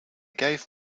gave